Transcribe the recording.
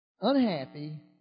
unhappy